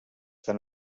tant